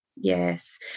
Yes